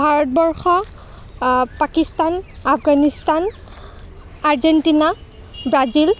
Bharatvarsha Pakistan Afghanistan Argentina Brazil